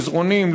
מזרונים,